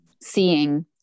seeing